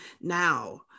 now